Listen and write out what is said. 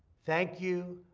thank you.